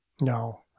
No